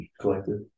collected